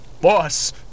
boss